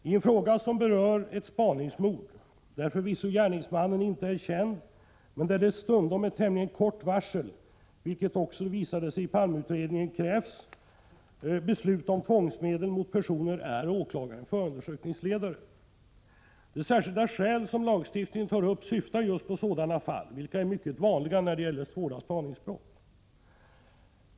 I en fråga som berör ett spaningsmord, där förvisso gärningsmannen inte är känd men där det stundom med tämligen kort varsel — vilket också visade sig i Palmeutredningen — krävs beslut om tvångsmedel mot personer, är åklagaren förundersökningsledare. De särskilda skäl som lagstiftningen tar upp syftar just på sådana fall, vilka är mycket vanliga när det gäller svåra spaningsbrott.